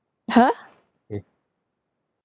okay